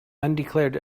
undeclared